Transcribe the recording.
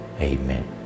Amen